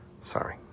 sorry